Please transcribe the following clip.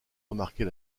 remarquer